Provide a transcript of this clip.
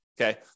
okay